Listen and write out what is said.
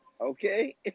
Okay